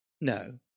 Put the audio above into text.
No